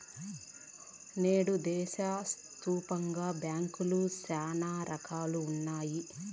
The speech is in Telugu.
నేడు దేశాయాప్తంగా బ్యాంకులు శానా రకాలుగా ఉన్నాయి